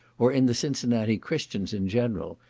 or in the cincinnati christians in general,